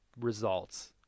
results